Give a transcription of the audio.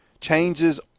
Changes